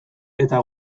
eta